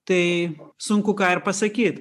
tai sunku ką ir pasakyt